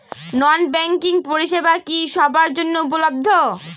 নন banking পরিষেবা কি সবার জন্য উপলব্ধ?